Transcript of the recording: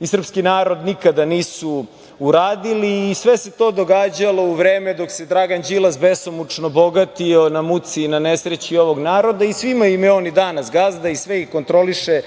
i srpski narod nikada nisu uradili. Sve se to događalo u vreme dok se Dragan Đilas besomučno bogatio na muci i nesreći ovog naroda. Svima im je on i danas gazda i sve ih kontroliše